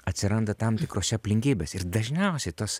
atsiranda tam tikrose aplinkybėse ir dažniausiai tos